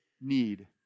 need